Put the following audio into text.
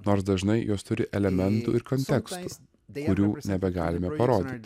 nors dažnai jos turi elementų ir kontekstų kurių nebegalime parodyti